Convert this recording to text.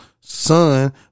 son